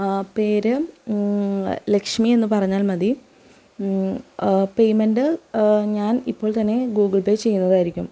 പേര് ലക്ഷ്മി എന്ന് പറഞ്ഞാൽ മതി പേയ്മെൻറ്റ് ഞാൻ ഇപ്പോൾ തന്നെ ഗൂഗിൾ പേ ചെയ്യുന്നതായിരിക്കും